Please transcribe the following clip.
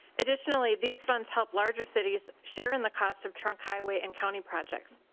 additionally these funds help larger cities share and the cost of trunk highway and county projects.